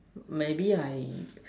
maybe I